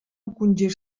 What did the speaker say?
encongir